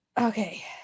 Okay